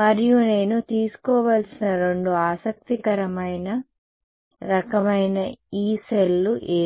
మరియు నేను తీసుకోవలసిన రెండు ఆసక్తికరమైన రకమైన యీ సెల్లు ఏవి